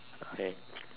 okay